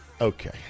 Okay